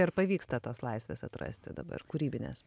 ar pavyksta tos laisvės atrasti dabar kūrybinės